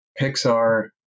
Pixar